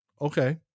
Okay